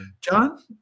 John